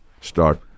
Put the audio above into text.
start